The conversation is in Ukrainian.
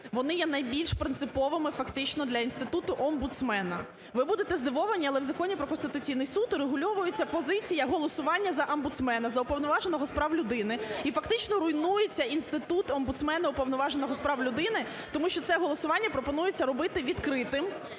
вони є найбільш принциповими фактично для інституту омбудсмена. Ви будете здивовані, але в Законі про Конституційний Суд урегульовується позиція голосування за омбудсмена, за Уповноваженого з прав людини і фактично руйнується інститут омбудсмена, Уповноваженого з прав людини, тому що це голосування пропонується робити відкритим,